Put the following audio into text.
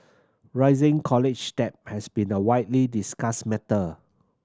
rising college debt has been a widely discussed matter